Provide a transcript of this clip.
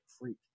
freak